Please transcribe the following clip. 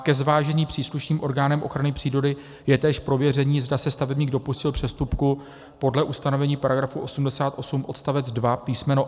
Ke zvážení příslušným orgánem ochrany přírody je též prověření, zda se stavebník dopustil přestupku podle ustanovení § 88 odstavec 2 písm.